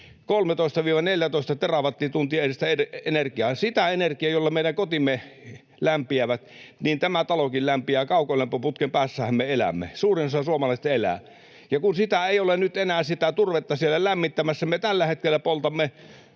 13–14 terawattitunnin edestä energiaa, sitä energiaa, jolla meidän kotimme lämpiävät — niin tämä talokin lämpiää, kaukolämpöputken päässähän me elämme, suurin osa suomalaisista elää — ja kun sitä turvetta ei ole nyt enää siellä lämmittämässä, me tällä hetkellä poltamme